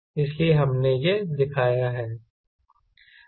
इसलिए हमने वह दिखाया है